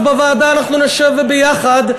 אז בוועדה אנחנו נשב ויחד,